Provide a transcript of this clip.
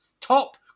Top